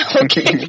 okay